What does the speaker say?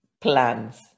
plans